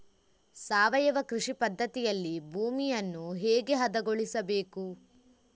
ಸಾವಯವ ಕೃಷಿ ಪದ್ಧತಿಯಲ್ಲಿ ಭೂಮಿಯನ್ನು ಹೇಗೆ ಹದಗೊಳಿಸಬೇಕು?